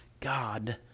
God